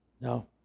No